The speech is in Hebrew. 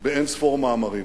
באין-ספור מאמרים.